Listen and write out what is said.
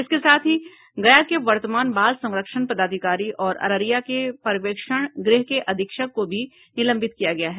इसके साथ ही गया के वर्तमान बाल संरक्षण पदाधिकारी और अररिया के पर्यवेक्षन गृह के अधीक्षक को भी निलंबित किया गया है